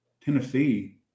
Tennessee